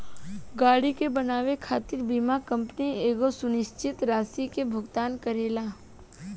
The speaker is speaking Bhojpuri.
गाड़ी के बनावे खातिर बीमा कंपनी एगो सुनिश्चित राशि के भुगतान करेला